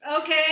Okay